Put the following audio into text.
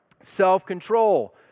Self-control